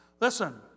Listen